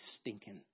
stinking